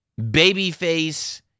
babyface